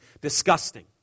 disgusting